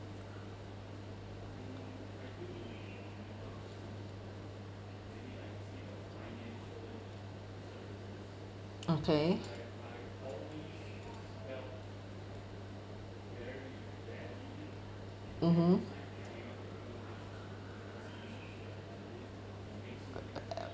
okay mmhmm